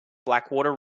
blackwater